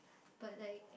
but like